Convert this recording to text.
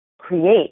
create